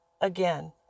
Again